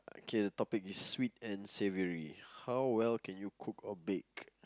okay the topic is savory how well can you cook or bake